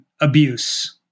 abuse